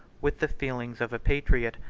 with the feelings of a patriot,